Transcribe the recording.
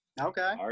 Okay